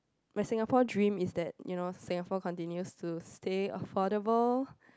my Singapore dream is that you know Singapore continues to stay affordable